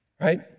right